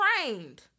trained